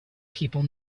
people